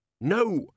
No